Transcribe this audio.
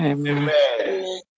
Amen